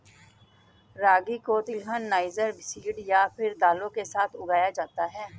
रागी को तिलहन, niger seed या फिर दालों के साथ उगाया जाता है